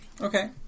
Okay